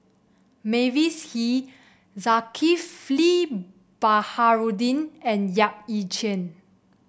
Mavis Hee Zulkifli Baharudin and Yap Ee Chian